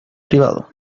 privado